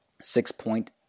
six-point